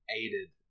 aided